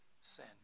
sin